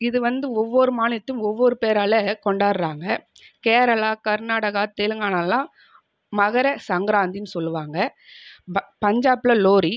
இது வந்து ஒவ்வொரு மாநிலட்டும் ஒவ்வொரு பேரால் கொண்டாடுறாங்க கேரளா கர்நாடகா தெலுங்கானாலையெல்லாம் மகர சங்கராந்தி சொல்லுவாங்க பஞ்சாப்பில் லோரி